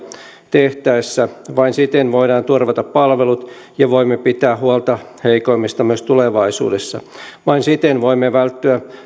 tehtäessä vain siten voidaan turvata palvelut ja voimme pitää huolta heikoimmista myös tulevaisuudessa vain siten voimme välttyä